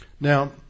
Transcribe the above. Now